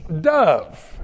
dove